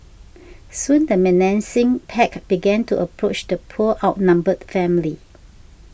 soon the menacing pack began to approach the poor outnumbered family